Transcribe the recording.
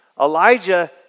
Elijah